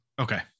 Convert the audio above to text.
Okay